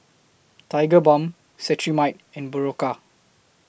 Tigerbalm Cetrimide and Berocca